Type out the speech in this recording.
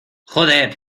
joder